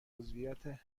عضویت